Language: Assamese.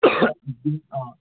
অঁ